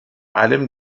allem